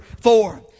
four